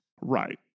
Right